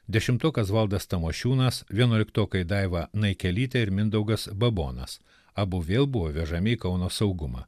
dešimtokas valdas tamošiūnas vienuoliktokai daiva naikelytė ir mindaugas babonas abu vėl buvo vežami į kauno saugumą